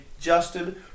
Justin